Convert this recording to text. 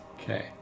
Okay